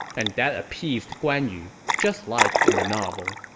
and that appeased guan yu, just like in the novel.